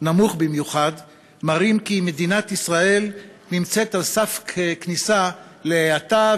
נמוך מראים כי מדינת ישראל נמצאת על סף כניסה להאטה,